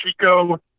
Chico